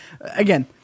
again